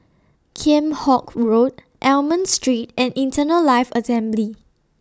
Kheam Hock Road Almond Street and Eternal Life Assembly